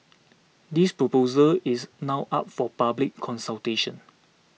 this proposal is now up for public consultation